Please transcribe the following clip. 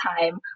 time